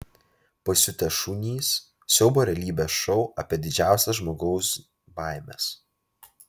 pasiutę šunys siaubo realybės šou apie didžiausias žmogaus baimes